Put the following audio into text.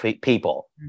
people